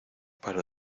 para